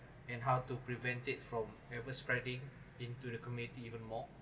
and how to prevent it from ever spreading into the community even more